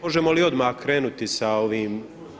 Možemo li odmah krenuti sa ovim?